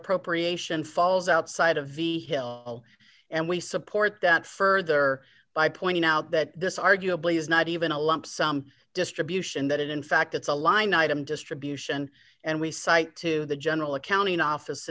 appropriation falls outside of the hill and we support that further by pointing out that this arguably is not even a lump sum distribution that it in fact it's a line item distribution and we cite to the general accounting office